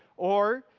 or,